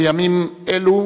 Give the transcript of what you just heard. בימים אלה,